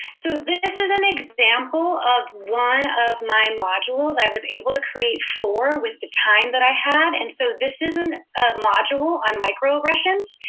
so this is an example of one of my and modules. i was able to create four with the time that i had, and so this isn't a module on microaggressions.